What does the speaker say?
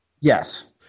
yes